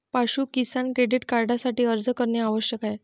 पाशु किसान क्रेडिट कार्डसाठी अर्ज करणे आवश्यक आहे